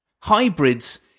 Hybrids